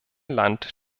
land